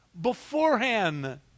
beforehand